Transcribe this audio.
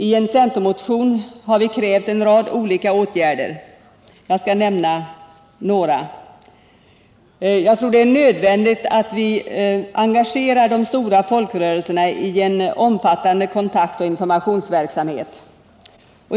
I en centermotion har vi krävt en rad olika åtgärder. Jag skall nämna några. Det är nödvändigt att engagera de stora folkrörelserna i en omfattande kontaktoch informationsverksamhet.